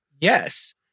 yes